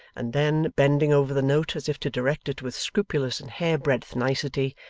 and then, bending over the note as if to direct it with scrupulous and hair-breadth nicety,